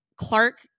Clark